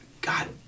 God